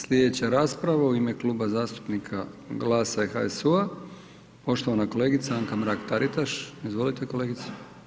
Slijedeća rasprava u ime Kluba zastupnika GLAS-a i HSU-a, poštovana kolegica Anka Mrak Taritaš, izvolite kolegice.